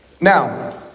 Now